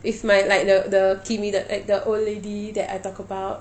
if my like the the kimmy the like the old lady that I talked about